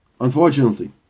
unfortunately